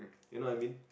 you know what I mean